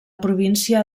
província